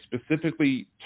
specifically